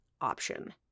option